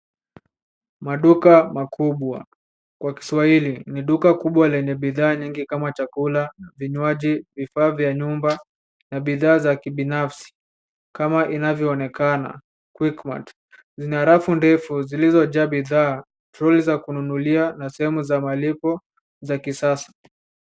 Maduka makubwa kwa kiswahili ni duka kubwa lenye bidhaa nyingi kama chakula, vinywaji, vifaa vya nyumba na bidhaa za kibinafsi, kama inavyoonekama quickmart , zina rafu ndefu zilizojaa bidhaa, troli za kununulia na sehemu za malipo za kisasa.